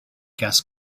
gas